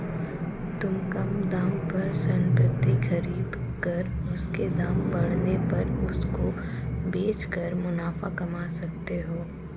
तुम कम दाम पर संपत्ति खरीद कर उसके दाम बढ़ने पर उसको बेच कर मुनाफा कमा सकते हो